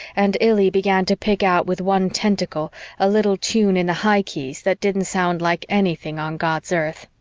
and illy began to pick out with one tentacle a little tune in the high keys that didn't sound like anything on god's earth.